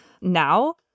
now